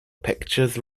pictures